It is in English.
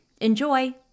enjoy